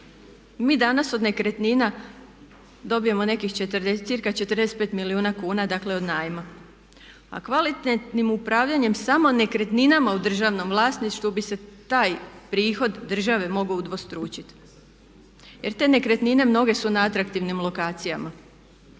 Mi danas od nekretnina dobijemo nekih cca 45 milijuna kuna, dakle od najma. A kvalitetnim upravljanjem samo nekretninama u državnom vlasništvu bi se taj prihod države mogao udvostručiti jer te nekretnine mnoge su na atraktivnim lokacijama.